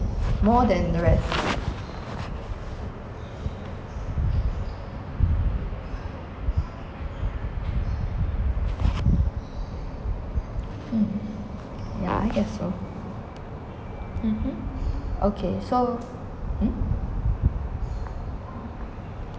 more than the rest mm ya I guess so mmhmm okay so hmm